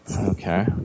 Okay